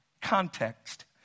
context